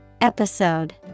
Episode